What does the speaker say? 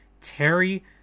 Terry